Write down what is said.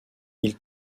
ils